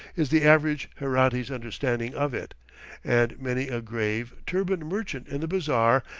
is the average herati's understanding of it and many a grave, turbaned merchant in the bazaar,